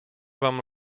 vám